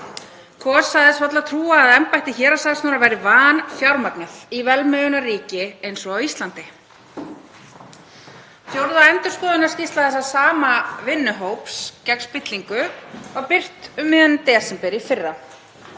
Kos sagðist varla trúa að embætti héraðssaksóknara væri vanfjármagnað í velmegunarríki eins og á Íslandi. Fjórða endurskoðunarskýrsla þessa sama vinnuhóps gegn spillingu var birt um miðjan desember í fyrra.